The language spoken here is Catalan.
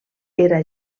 era